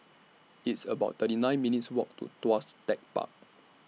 It's about thirty nine minutes' Walk to Tuas Tech Park